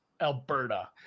Alberta